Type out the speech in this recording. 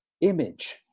image